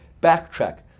backtrack